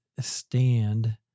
stand